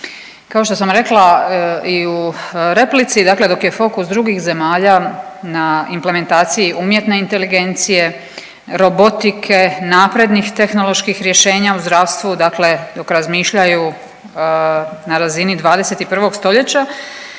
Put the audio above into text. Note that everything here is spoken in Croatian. Kao što sam rekla i u replici, dakle dok je fokus drugih zemalja na implementaciji umjetne inteligencije, robotike, naprednih tehnoloških rješenja u zdravstvu, dakle dok razmišljaju na razini 21. stoljeća